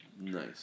Nice